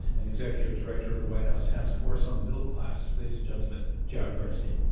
and executive director of the white house task force on the middle class. ladies and gentlemen, jared bernstein.